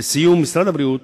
לסיום, משרד הבריאות